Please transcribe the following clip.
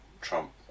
Trump